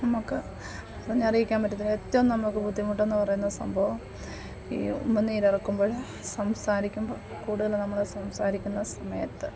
നമുക്ക് പറഞ്ഞറിയിക്കാൻ പറ്റത്തില്ല ഏറ്റവും നമുക്ക് ബുദ്ധിമുട്ടെന്ന് പറയുന്ന സംഭവം ഈ ഉമിനീരിറക്കുമ്പോൾ സംസാരിക്കുമ്പോൾ കൂടുതൽ നമ്മൾ സംസാരിക്കുന്ന സമയത്ത്